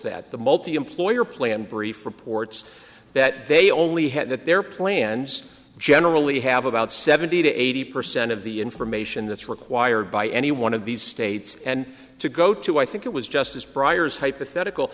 that the multiemployer plan brief reports that they only had that their plans generally have about seventy to eighty percent of the information that's required by any one of these states and to go to i think it was justice briar's hypothetical